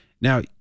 Now